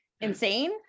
insane